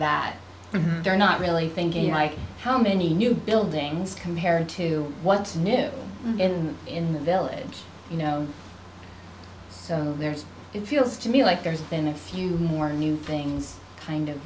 that they're not really thinking like how many new buildings compared to what's new and in the village you know so there's it feels to me like there's been a few more new things kind of